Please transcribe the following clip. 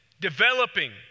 developing